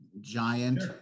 giant